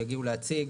הם יגיעו להציג,